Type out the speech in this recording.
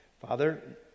Father